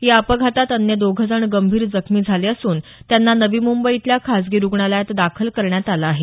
या अपघातात अन्य दोघंजण गंभीर जखमी झाले असून त्यांना नवी मुंबईतल्या खाजगी रूग्णालायत दाखल करण्यात आलं आहे